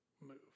move